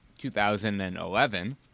2011